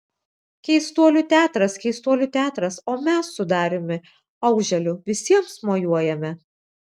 keistuolių teatras keistuolių teatras o mes su dariumi auželiu visiems mojuojame